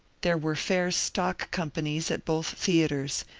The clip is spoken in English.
there were fair stock companies at both theatres,